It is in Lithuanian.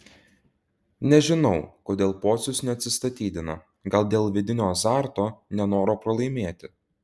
nežinau kodėl pocius neatsistatydina gal dėl vidinio azarto nenoro pralaimėti